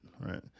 right